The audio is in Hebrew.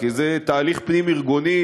כי זה תהליך פנים-ארגוני,